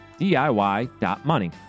DIY.money